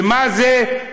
ומה זה,